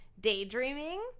daydreaming